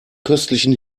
köstlichen